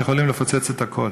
שיכולות לפוצץ את הכול.